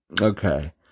Okay